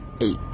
eight